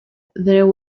there